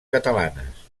catalanes